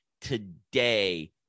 today